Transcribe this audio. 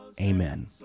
Amen